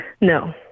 No